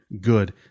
good